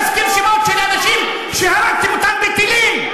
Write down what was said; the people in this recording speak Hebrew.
מזכיר שמות של אנשים שהרגתם אותם בטילים?